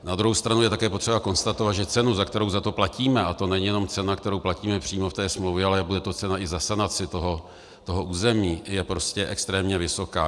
Na druhou stranu je také potřeba konstatovat, že cena, kterou za to platíme, a to není jenom cena, kterou platíme přímo ve smlouvě, ale bude to cena i za sanaci území, je prostě extrémně vysoká.